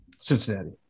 Cincinnati